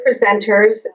presenters